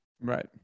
Right